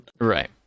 Right